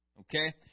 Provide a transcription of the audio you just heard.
Okay